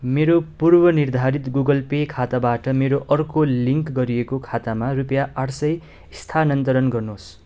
मेरो पूर्वनिर्धारित Google Pay खाताबाट मेरो अर्को लिङ्क गरिएको खातामा रुपियाँ आठ सय स्थानान्तरण गर्नुहोस्